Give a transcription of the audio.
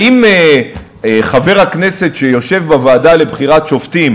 האם חבר הכנסת שיושב בוועדה לבחירת שופטים